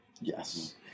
Yes